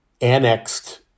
annexed